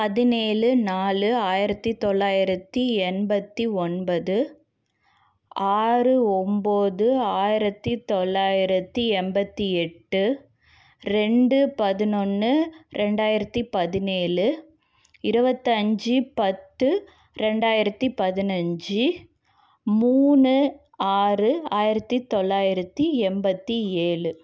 பதினேழு நாலு ஆயிரத்து தொள்ளாயிரத்து எண்பத்து ஒன்பது ஆறு ஒம்பது ஆயிரத்து தொள்ளாயிரத்து எம்பத்து எட்டு ரெண்டு பதினொன்று ரெண்டாயிரத்து பதினேழு இருபத்தஞ்சு பத்து ரெண்டாயிரத்து பதினஞ்சு மூணு ஆறு ஆயிரத்து தொள்ளாயிரத்து எம்பத்து ஏழு